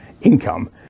income